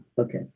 Okay